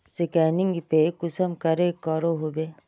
Scanning पे कुंसम करे करो होबे?